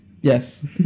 yes